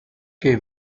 gay